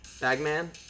Bagman